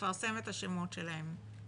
לפרסם את השמות שלהם.